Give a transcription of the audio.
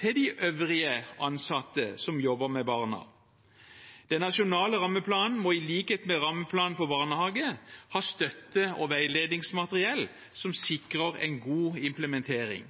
til de øvrige ansatte som jobber med barna. Den nasjonale rammeplanen må i likhet med rammeplanen for barnehage ha støtte- og veiledningsmateriell som sikrer en god implementering.